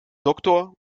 doktor